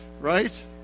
right